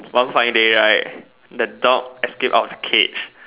one fine day right that dog escape out of the cage